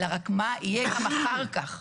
אלא מה יהיה גם אחר כך.